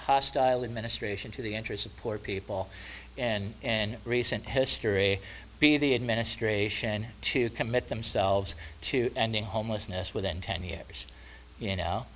hostile and ministration to the interests of poor people and in recent history be the administration to commit themselves to ending homelessness within ten years